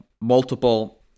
multiple